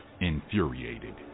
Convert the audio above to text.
infuriated